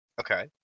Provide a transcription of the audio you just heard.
Okay